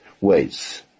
ways